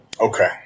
Okay